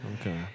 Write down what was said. Okay